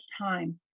time